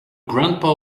grandpa